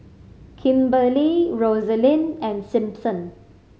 Kimberlee Rosalyn and Simpson